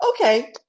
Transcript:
Okay